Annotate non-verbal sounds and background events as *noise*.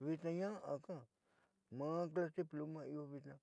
vitnaa ña'aka maaka pl *hesitation* a io vitnaa.